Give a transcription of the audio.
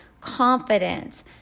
confidence